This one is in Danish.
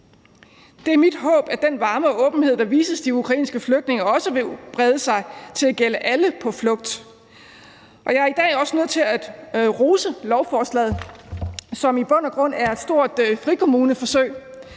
Det er mit håb, at den varme og åbenhed, der vises de ukrainske flygtninge, også vil brede sig til at gælde alle på flugt, og jeg er i dag også nødt til at rose lovforslaget, som i bund og grund er et stor frikommuneforsøg.